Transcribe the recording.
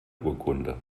urkunde